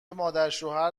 مادرشوهر